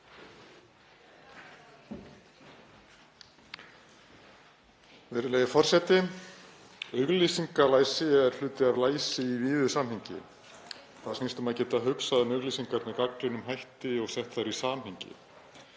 Virðulegur forseti. Auglýsingalæsi er hluti af læsi í víðu samhengi. Það snýst um að geta hugsað um auglýsingarnar með gagnrýnum hætti og sett þær í samhengi.